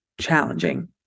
challenging